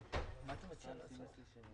ואני רוצה להזכיר את זה עכשיו,